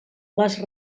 les